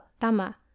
tama